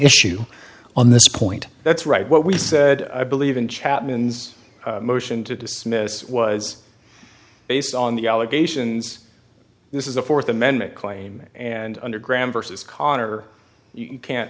issue on this point that's right what we said i believe in chapman's motion to dismiss was based on the allegations this is a fourth amendment claim and under graham versus conner you can't